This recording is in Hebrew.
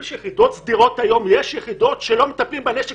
יש יחידות סדירות שלא מטפלים בנשק